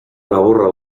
laburra